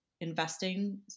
investing